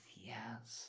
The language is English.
Yes